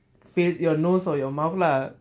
face your nose or your mouth lah